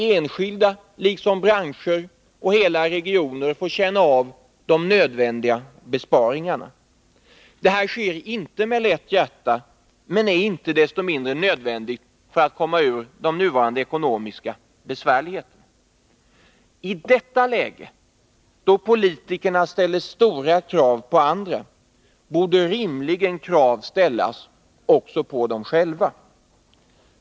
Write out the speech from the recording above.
Enskilda, liksom branscher och hela regioner får känna av de nödvändiga besparingarna. Dessa besparingsåtgärder genomför vi inte med lätt hjärta, men de är icke desto mindre nödvändiga för att vi skall komma ur de nuvarande ekonomiska besvärligheterna. I detta läge, då politikerna ställer stora krav på andra, borde rimligen krav ställas också på dem själva.